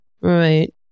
right